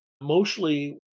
mostly